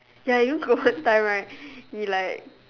ya you know grow one time right he like